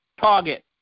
Target